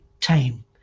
time